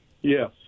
Yes